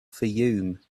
fayoum